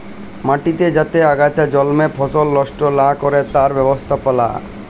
মাটিতে যাতে আগাছা জল্মে ফসল লস্ট লা ক্যরে তার ব্যবস্থাপালা